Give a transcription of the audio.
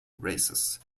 races